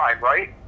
right